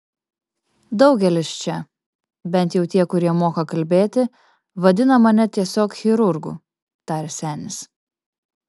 daugelis čia bent jau tie kurie moka kalbėti vadina mane tiesiog chirurgu tarė senis